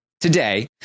today